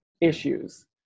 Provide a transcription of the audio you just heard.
issues